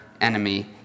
enemy